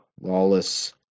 lawless